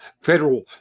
federal